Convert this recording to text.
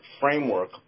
framework